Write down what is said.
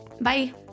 Bye